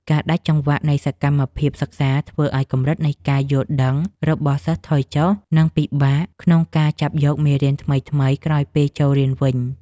ការដាច់ចង្វាក់នៃសកម្មភាពសិក្សា ធ្វើឱ្យកម្រិតនៃការយល់ដឹងរបស់សិស្សថយចុះ និង ពិបាកក្នុងការចាប់យកមេរៀនថ្មីៗក្រោយពេលចូលរៀនវិញ។